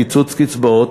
קיצוץ קצבאות,